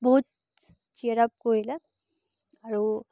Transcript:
বহুত cheer up কৰিলে আৰু